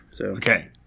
Okay